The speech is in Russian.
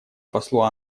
послу